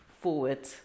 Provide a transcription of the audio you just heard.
forward